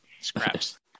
scraps